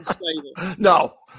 No